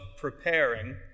preparing